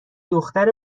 دختر